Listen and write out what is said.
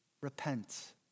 repent